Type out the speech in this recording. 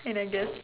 and I just